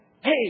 hey